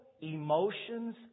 emotions